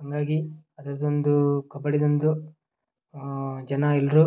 ಹಾಗಾಗಿ ಅದರದ್ದೊಂದು ಕಬಡ್ಡಿದೊಂದು ಜನ ಎಲ್ಲರೂ